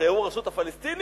הרי הוא הרשות הפלסטינית,